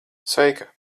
sveika